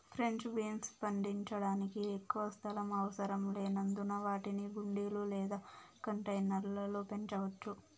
French beans పండించడానికి ఎక్కువ స్థలం అవసరం లేనందున వాటిని కుండీలు లేదా కంటైనర్ల లో పెంచవచ్చు